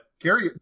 Gary